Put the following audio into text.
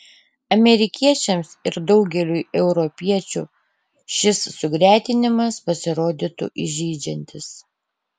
amerikiečiams ir daugeliui europiečių šis sugretinimas pasirodytų įžeidžiantis